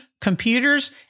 computers